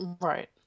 Right